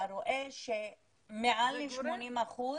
אתה רואה שמעל 80%,